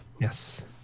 Yes